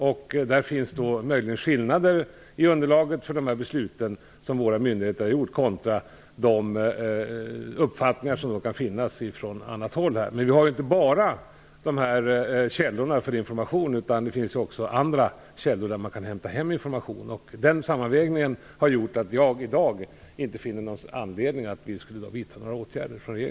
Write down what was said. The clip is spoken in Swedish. Möjligen finns det skillnader i underlagen för de beslut som våra myndigheter har fattat, jämfört med de uppfattningar som finns på annat håll. Men det är ju inte bara dessa källor för information som finns; det finns ju även andra källor som man kan hämta information från. Det sammantaget har gjort att jag i dag inte finner anledning för regeringen att vidta några åtgärder.